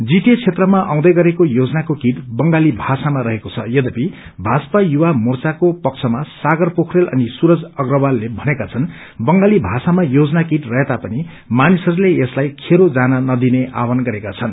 GTA क्षेत्रमा आउँदै गरेको योजनाको किट बंगाली भाषामा रहेको छ यद्यपि भाजपा युवा मोर्चाको पक्षमा सागर पोखरेल अनि सूरज अप्रवालले भनेका छनु बंगाली भाषामा योजना किट रहेता पनि मानिसहरूले यसलाई खेरो जान नदिने आवझन गरेका छनु